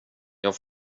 har